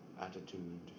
attitude